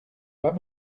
pas